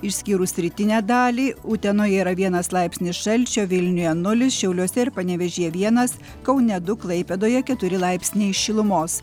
išskyrus rytinę dalį utenoje yra vienas laipsnį šalčio vilniuje nulis šiauliuose ir panevėžyje vienas kaune du klaipėdoje keturi laipsniai šilumos